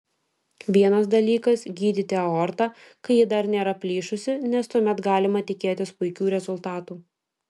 vienas dalykas gydyti aortą kai ji dar nėra plyšusi nes tuomet galima tikėtis puikių rezultatų